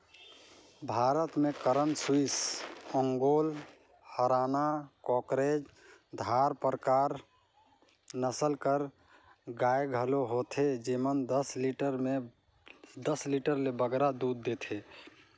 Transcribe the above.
भारत में करन स्विस, ओंगोल, हराना, केकरेज, धारपारकर नसल कर गाय घलो होथे जेमन दस लीटर ले बगरा दूद देथे